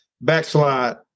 backslide